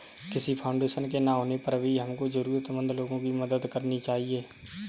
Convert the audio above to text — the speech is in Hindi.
किसी फाउंडेशन के ना होने पर भी हमको जरूरतमंद लोगो की मदद करनी चाहिए